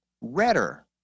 redder